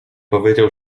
powiedział